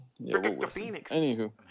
Anywho